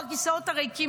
בכיסאות הריקים,